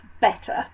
better